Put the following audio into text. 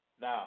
Now